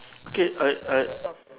okay I I